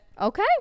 Okay